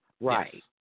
right